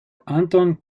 anton